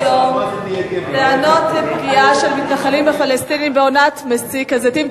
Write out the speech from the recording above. סדר-היום: טענות על פגיעה של מתנחלים בפלסטינים בעונת מסיק הזיתים,